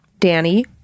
Danny